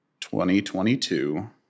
2022